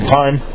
time